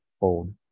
old